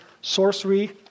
sorcery